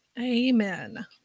Amen